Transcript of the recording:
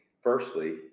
Firstly